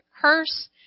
curse